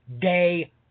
day